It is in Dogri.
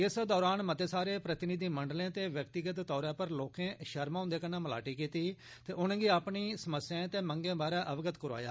इस दौरान मते सारे प्रतिनिधिमंडलें ते व्यक्तिगत तौर उप्पर लोकें शर्मा हुन्दे कन्नै मलाटी कीती ते उनेंगी अपनी समस्याएं ते मगें बारै अवगत करोआया